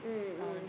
mm mm mm mm